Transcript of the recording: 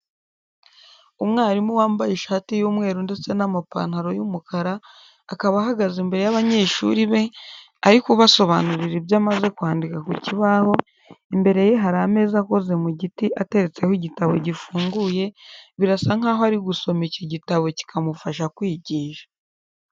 Umwarimu wambaye ishati y'umweru ndetse n'amapantaro y'umukara, akaba ahagaze imbere y'abanyeshuri be, ari kubasobanurira ibyo amaze kwandika ku kibaho, imbere ye hari ameza akoze mu giti ateretseho igitabo gifunguye, birasa nkaho ari gusoma iki gitabo kikamufasha kwigisha.